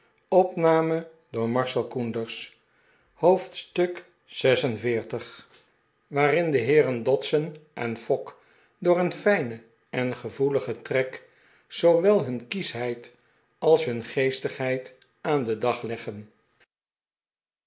hoofdstuk xl vi waarin de heeren dodson en fogg door een fijnen en gevoeligen trek zoowel hun kieschheid als hun geestigheid aan den dag leggen